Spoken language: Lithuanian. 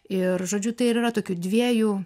ir žodžiu tai ir yra tokių dviejų